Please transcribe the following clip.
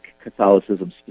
Catholicism